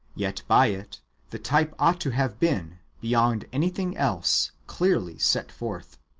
yet by it the type ought to have been, beyond everything else, clearly set forth.